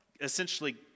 essentially